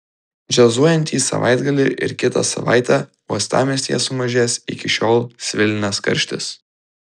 džiazuojantį savaitgalį ir kitą savaitę uostamiestyje sumažės iki šiol svilinęs karštis